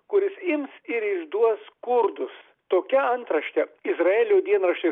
kuris ims ir išduos kurdus tokia antraštė izraelio dienraščiui